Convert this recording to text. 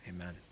amen